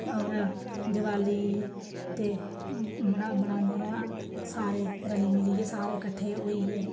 होर दिवाली ते बनान्ने आं सारे रली मिलियै सारे कट्ठे होइयै